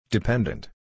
Dependent